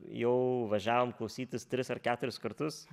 jau važiavom klausytis tris ar keturis kartus